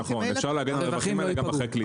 נכון אפשר להגן על הרווחים האלה גם אחרי קליטה.